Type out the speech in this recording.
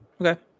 Okay